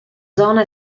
zona